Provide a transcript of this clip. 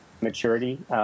maturity